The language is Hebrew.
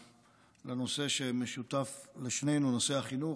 לנושא שמשותף לשנינו, נושא החינוך.